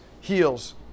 heals